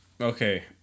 Okay